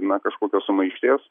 na kažkokios sumaišties